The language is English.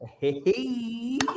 Hey